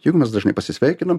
juk mes dažnai pasisveikinom